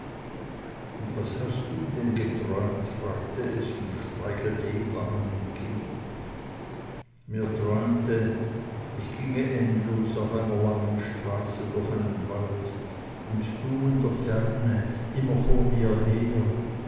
und was hast du denn geträumt fragte es und streichelte ihm wangen und kinn mir träumte ich ginge endlos auf einer langen straße durch einen wald und du in der ferne immer vor mir her